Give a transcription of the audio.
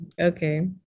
Okay